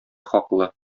хаклы